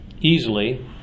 easily